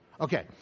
Okay